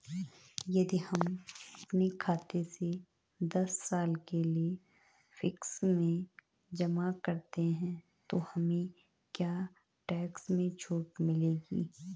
यदि हम अपने खाते से दस साल के लिए फिक्स में जमा करते हैं तो हमें क्या टैक्स में छूट मिलेगी?